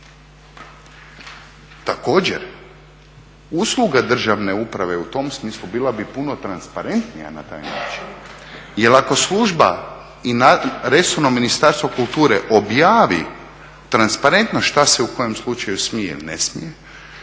Također, usluga državne uprave u tom smislu bila bi puno transparentnija na taj način, jer ako služba i resorno Ministarstvo kulture objavi transparentno šta se u kojem slučaju smije ili ne smije,